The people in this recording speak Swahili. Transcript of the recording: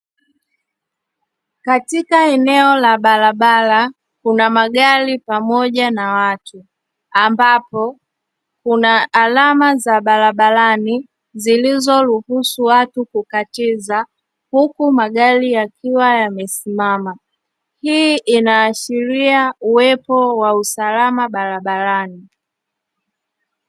Katika eneo la barabara kuna magari pamoja na watu, ambapo kuna alama za barabarani zilizoruhusu watu kukatiza. Huku magari yakiwa yamesimama, hii inaashiria uwepo wa usalama barabarani.